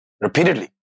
repeatedly